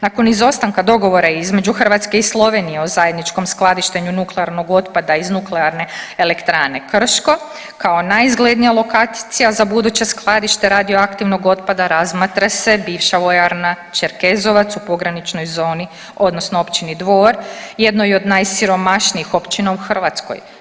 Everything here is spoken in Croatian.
Nakon izostanka dogovora između Hrvatske i Slovenije o zajedničkom skladištenju nuklearnog otpada iz NE Krško kao najizglednija lokacija za buduće skladište radioaktivnog otpada razmatra se bivša vojarna Čerkezovac u pograničnoj zoni, odnosno općini Dvor, jednoj od najsiromašnijih općina u Hrvatskoj.